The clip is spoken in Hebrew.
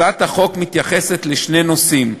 הצעת החוק מתייחסת לשני נושאים.